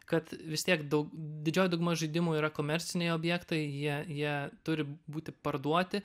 kad vis tiek daug didžioji dauguma žaidimų yra komerciniai objektai jie jie turi būti parduoti